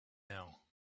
now